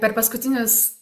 per paskutinius